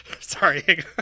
Sorry